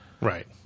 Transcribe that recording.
Right